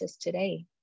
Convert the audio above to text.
today